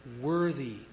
worthy